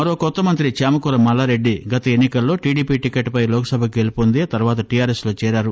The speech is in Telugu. మరో కొత్త మంతి చేమకూర మల్లారెడ్డి గత ఎన్నికలలో టిడిపి టిక్కెట్పై లోక్సభకు గెలుపొంది తర్వాత టీఆర్ఎస్లో చేరారు